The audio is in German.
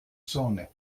zone